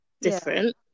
different